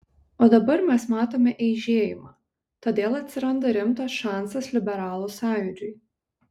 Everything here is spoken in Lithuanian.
o dabar mes matome eižėjimą todėl atsiranda rimtas šansas liberalų sąjūdžiui